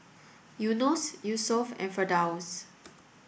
Yunos Yusuf and Firdaus